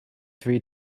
three